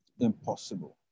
impossible